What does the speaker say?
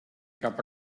cap